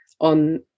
on